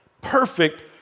perfect